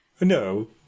No